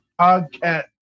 podcast